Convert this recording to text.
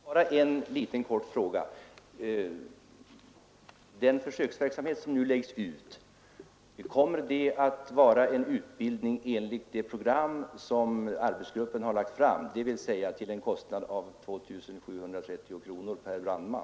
Herr talman! Bara en fråga! Kommer den försöksverksamhet som nu läggs ut att vara en utbildning enligt det program som arbetsgruppen har lagt fram, dvs. till en kostnad av 2 730 kronor per brandman?